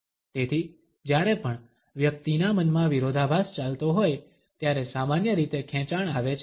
તેથી જ્યારે પણ વ્યક્તિના મનમાં વિરોધાભાસ ચાલતો હોય ત્યારે સામાન્ય રીતે ખેંચાણ આવે છે